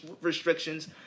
restrictions